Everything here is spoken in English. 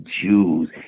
Jews